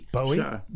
Bowie